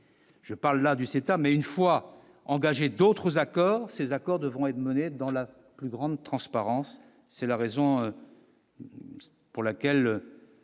je parle là du CETA, mais une fois engagé d'autres accords ces accords devront être menées dans la plus grande transparence, c'est la raison pour laquelle